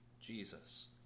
Jesus